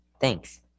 thanks